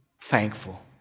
thankful